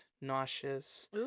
nauseous